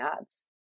ads